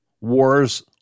Wars